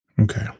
Okay